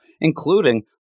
including